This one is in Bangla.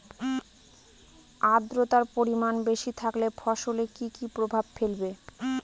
আদ্রর্তার পরিমান বেশি থাকলে ফসলে কি কি প্রভাব ফেলবে?